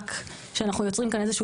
ממשחק שאנחנו יוצרים כאן איזה שהוא